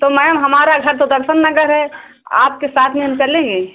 तो मैम हमारा घर तो दर्शन नगर है आपके साथ में हम चलेंगे